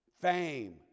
fame